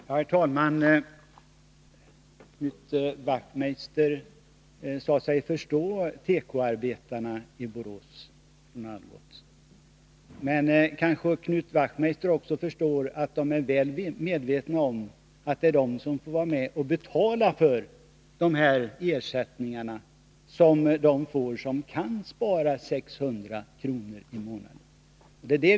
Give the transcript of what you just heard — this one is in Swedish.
Herr talman! Knut Wachtmeister sade sig förstå tekoarbetarna vid Algots i Borås. Men kanske Knut Wachtmeister också förstår att dessa arbetare är väl medvetna om att de får vara med och betala de ersättningar som de människor får som kan spara 600 kr. i månaden.